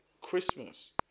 Christmas